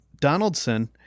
donaldson